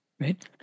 right